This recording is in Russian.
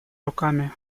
руками